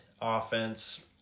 offense